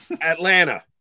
Atlanta